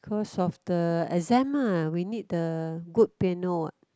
cause of the exam ah we need the good piano what